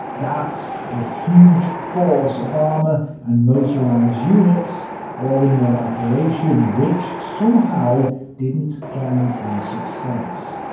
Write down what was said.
that's a huge force of armour and motorized units all in one operation, which somehow didn't guarantee success.